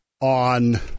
on